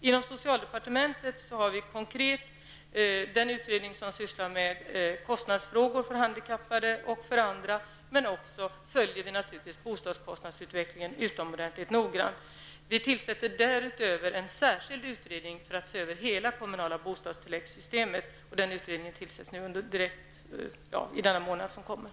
Inom socialdepartementet finns den utredning som sysslar med kostnadsfrågor för handikappade och för andra men också följer utvecklingen för bostadskostnaderna utomordentligt noggrant. Därutöver kommer en särskild utredning att tillsättas för att se över hela systemet för kommunala bostadstillägg. Den utredningen tillsätts i den månad som kommer.